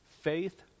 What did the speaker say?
Faith